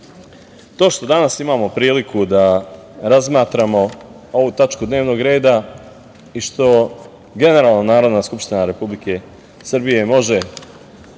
to što danas imamo priliku da razmatramo ovu tačku dnevnog reda i što generalno naravno Skupština Republike Srbije, može